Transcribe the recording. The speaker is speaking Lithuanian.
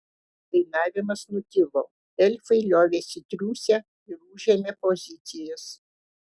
dainavimas nutilo elfai liovėsi triūsę ir užėmė pozicijas